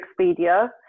Expedia